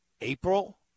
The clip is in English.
April